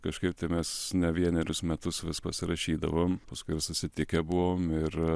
kažkaip tai mes ne vienerius metus vis pasirašydavom paskui susitikę buvom ir